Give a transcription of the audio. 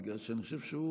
בגלל שאני חושב שהוא